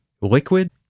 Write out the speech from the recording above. liquid